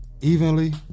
evenly